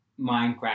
Minecraft